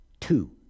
Two